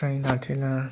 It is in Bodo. फ्राय नारथेना